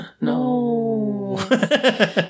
No